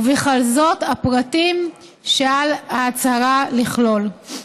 ובכלל זה, הפרטים שעל ההצהרה לכלול.